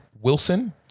Wilson